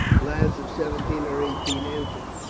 lads of seventeen or eighteen, entered.